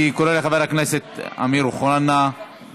אני קורא לחבר הכנסת אמיר אוחנה לברך.